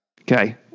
Okay